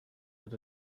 that